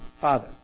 Father